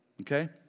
okay